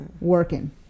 working